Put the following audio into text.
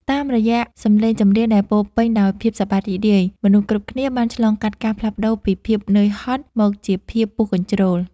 តាមរយៈសម្លេងចម្រៀងដែលពោរពេញដោយភាពសប្បាយរីករាយ មនុស្សគ្រប់គ្នាបានឆ្លងកាត់ការផ្លាស់ប្តូរពីភាពនឿយហត់មកជាភាពពុះកញ្ជ្រោល។